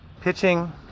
pitching